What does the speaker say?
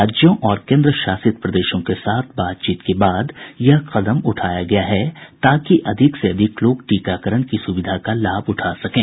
राज्यों और केंद्रशासित प्रदेशों के साथ विस्तृत बातचीत के बाद यह कदम उठाया गया है ताकि अधिक से अधिक लोग टीकाकरण की सुविधा का लाभ उठा सकें